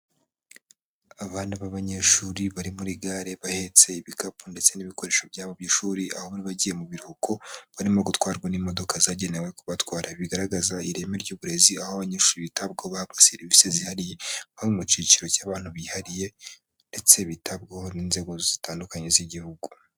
Abana b'abanyeshuri bari muri gare bahetse ibikapu ndetse n'ibikoresho byabo by'ishuri, aho bari bagiye mu biruhuko, barimo gutwarwa n'imodoka zagenewe kubatwara, bigaragaza ireme ry'uburezi aho abanyeshuri bitabwaho bahabwa serivisi zihariye, baba mu cyiciro cy'abantu bihariye ndetse bitabwaho n'inzego zitandukanye z'igihugu.